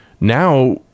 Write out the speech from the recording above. now